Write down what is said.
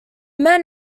men